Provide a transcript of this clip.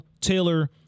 Taylor